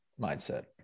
mindset